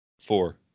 Four